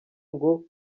ngo